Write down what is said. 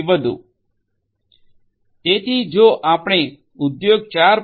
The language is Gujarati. તેથી જો આપણે ઉદ્યોગ 4